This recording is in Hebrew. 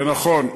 ונכון,